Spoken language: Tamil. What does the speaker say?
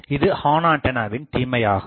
இது ஹார்ன்ஆண்டனாவின் தீமையாகும்